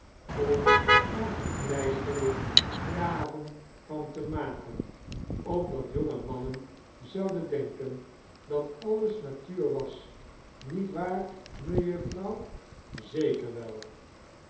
om er gepleisterde graven van te maken opdat jonge mannen zouden denken dat alles natuur was niet waar mejuffer wel